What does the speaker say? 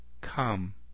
come